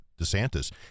DeSantis